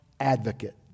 advocate